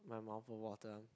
my mouth will water